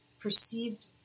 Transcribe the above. perceived